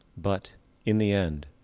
but in the end,